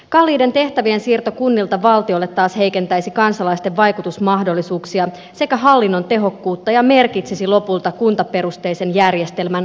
kalliiden tehtävien siirto kunnilta valtiolle taas heikentäisi kansalaisten vaikutusmahdollisuuksia sekä hallinnon tehokkuutta ja merkitsisi lopulta kuntaperusteisen järjestelmän loppumista